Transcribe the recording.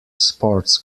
sports